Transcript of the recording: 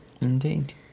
indeed